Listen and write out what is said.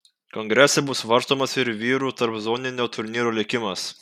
kongrese bus svarstomas ir vyrų tarpzoninio turnyro likimas